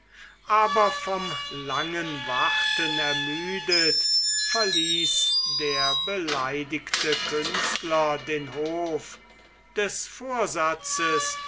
aber vom langen warten ermüdet verließ der beleidigte künstler den hof des vorsatzes